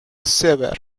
sewer